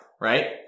right